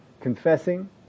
confessing